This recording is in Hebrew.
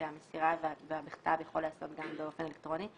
שהמסירה והבכתב יכול להיעשות גם באופן אלקטרוני.